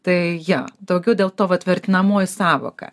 tai jo daugiau dėl to vat vertinamoji sąvoka